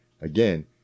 Again